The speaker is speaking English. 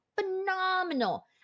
phenomenal